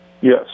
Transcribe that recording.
Yes